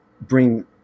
bring